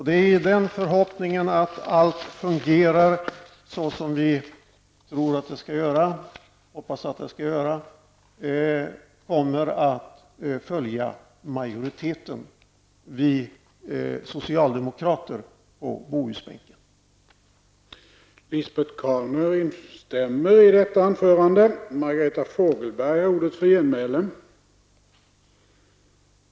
Det är i förhoppningen att allt skall fungera så som vi tror och hoppas att det skall göra som vi socialdemokrater på Bohusbänken kommer att ställa oss bakom majoriteten.